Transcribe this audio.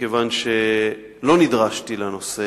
מכיוון שלא נדרשתי לנושא